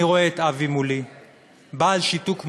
אני רואה מולי את אבי, בעל שיתוק מוחין,